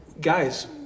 guys